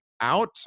out